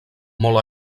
molt